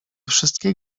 wszystkie